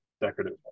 decorative